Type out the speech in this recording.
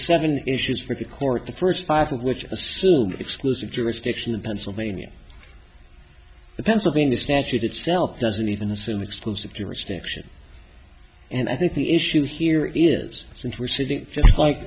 seven issues for the court the first five of which assume exclusive jurisdiction of pennsylvania the pennsylvania statute itself doesn't even assume exclusive jurisdiction and i think the issue here is that we're sitting just like